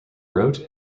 wrote